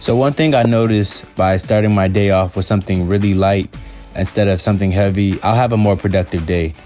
so one thing i notice by starting my day off with something really light instead of something heavy, i'll have a more productive day.